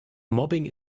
mobbing